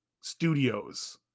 studios